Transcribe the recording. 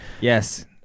Yes